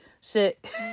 Sick